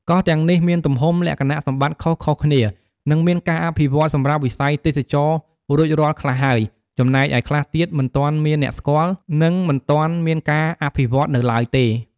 កោះទាំងនេះមានទំហំ លក្ខណៈសម្បត្តិខុសៗគ្នា និងមានការអភិវឌ្ឍន៍សម្រាប់វិស័យទេសចរណ៍រួចរាល់ខ្លះហើយ ចំណែកឯខ្លះទៀតមិនទាន់មានអ្នកស្គាល់ និងមិនទាន់មានការអភិវឌ្ឍនៅឡើយទេ។